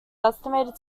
estimated